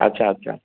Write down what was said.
अच्छा अच्छा